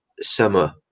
summer